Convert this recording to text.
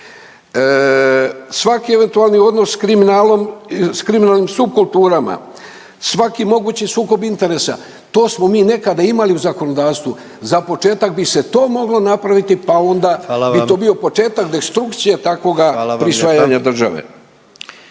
Svaki eventualni odnos s kriminalom, s kriminalnim subkulturama, svaki mogući sukob interesa, to smo mi nekada imali u zakonodavstvu. Za početak bi se to moglo napraviti pa onda …/Upadica predsjednik: Hvala vam./…